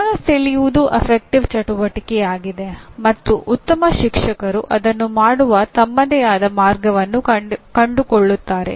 ಗಮನ ಸೆಳೆಯುವುದು ಗಣನ ಚಟುವಟಿಕೆಯಾಗಿದೆ ಮತ್ತು ಉತ್ತಮ ಶಿಕ್ಷಕರು ಅದನ್ನು ಮಾಡುವ ತಮ್ಮದೇ ಆದ ಮಾರ್ಗವನ್ನು ಕಂಡುಕೊಳ್ಳುತ್ತಾರೆ